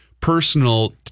personal